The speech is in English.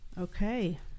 okay